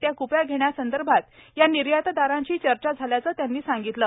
त्या कृप्या घेण्यासंदर्भात या निर्यातदारांशी चर्चा झाल्याचं त्यांनी सांगितलं